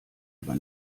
aber